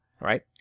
right